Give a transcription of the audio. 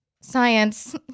science